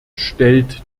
stellt